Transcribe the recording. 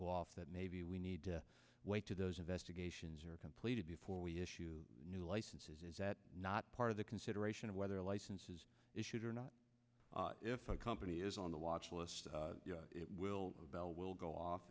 go off that maybe we need to wait to those investigations are completed before we issue new licenses is that not part of the consideration of whether a license is issued or not if a company is on the watchlist it will bell will go off